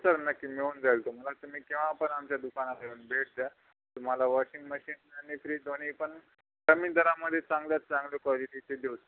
sir नक्की मिळून जाईल तुम्हाला तुम्ही केव्हापण आमच्या दुकानात येऊन भेट द्या तुम्हाला वॉशिंग मशीन आणि फ्रीज दोन्हीपण कमी दरामध्ये चांगल्यात चांगल्या क्वालिटीचे देऊ